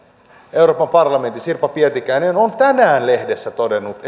euroopan parlamentin sirpa pietikäinen on tänään lehdessä todennut